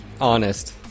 honest